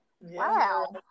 Wow